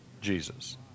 Jesus